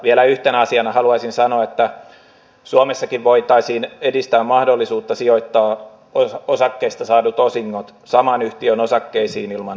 vielä yhtenä asiana haluaisin sanoa että suomessakin voitaisiin edistää mahdollisuutta sijoittaa osakkeista saadut osingot saman yhtiön osakkeisiin ilman veroseuraamuksia